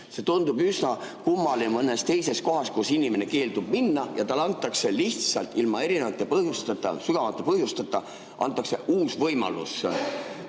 See tundub üsna kummaline mõnes teises kohas, kus inimene keeldub minemast ja talle antakse lihtsalt ilma erinevate põhjusteta, ilma sügavate põhjusteta uus võimalus.